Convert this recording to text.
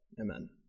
Amen